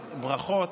אז ברכות.